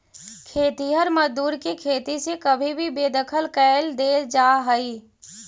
खेतिहर मजदूर के खेती से कभी भी बेदखल कैल दे जा हई